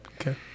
Okay